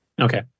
Okay